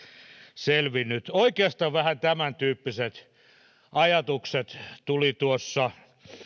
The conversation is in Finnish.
selvinnyt oikeastaan vähän tämäntyyppiset ajatukset tulivat tuossa